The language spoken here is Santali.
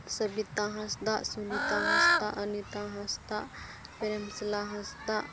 ᱥᱩᱵᱤᱛᱟ ᱦᱟᱸᱥᱫᱟ ᱥᱩᱱᱤᱛᱟ ᱦᱟᱸᱥᱫᱟ ᱚᱱᱤᱛᱟ ᱦᱟᱸᱥᱫᱟ ᱯᱨᱮᱢᱪᱚᱞᱟ ᱦᱟᱸᱥᱫᱟᱜ